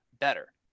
better